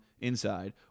Inside